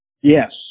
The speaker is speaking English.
Yes